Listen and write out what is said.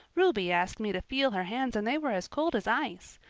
ruby asked me to feel her hands and they were as cold as ice.